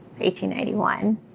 1891